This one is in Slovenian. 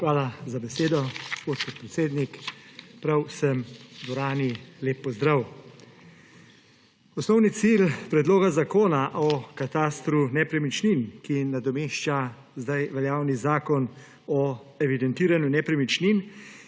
Hvala za besedo, gospod podpredsednik. Prav vsem v dvorani lep pozdrav! Osnovni cilj Predloga zakona o katastru nepremičnin, ki nadomešča zdaj veljavni Zakon o evidentiranju nepremičnin,